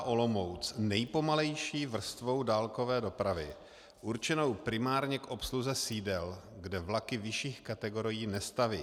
Olomouc nejpomalejší vrstvou dálkové dopravy určenou primárně k obsluze sídel, kde vlaky vyšších kategorií nestaví.